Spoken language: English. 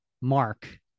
mark